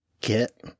get